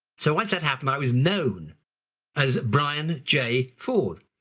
so once that happened i was known as brian j ford.